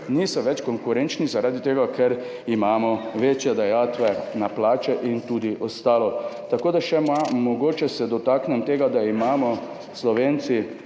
niso več konkurenčni zaradi tega, ker imamo večje dajatve na plače in tudi ostalo. Mogoče se dotaknem še tega, da imamo Slovenci